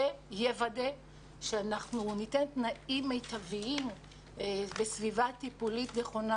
יוודא שאנחנו ניתן תנאים מיטביים וסביבה טיפולית נכונה.